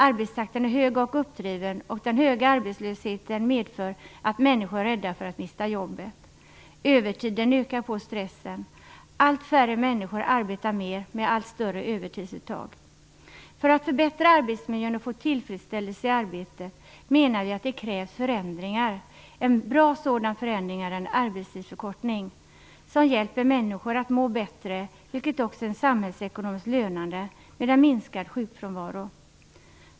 Arbetstakten är hög och uppdriven, och den höga arbetslösheten medför att människor är rädda för att mista jobbet. Övertiden ökar på stressen. Allt färre människor arbetar mer med allt större övertidsuttag. För att förbättra arbetsmiljön och få tillfredsställelse i arbetet menar vi att det krävs förändringar. En bra sådan förändring är en arbetstidsförkortning som hjälper människor att må bättre, vilket också är samhällsekonomiskt lönande med minskad sjukfrånvaro.